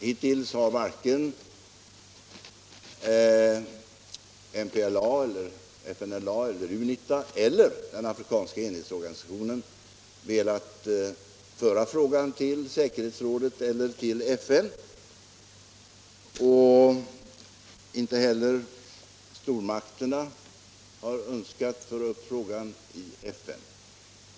Hittills har varken MPLA, FNLA, UNITA eller den afrikanska enhetsorganisationen velat föra frågan till säkerhetsrådet eller FN. Inte heller stormakterna har önskat föra upp frågan i FN.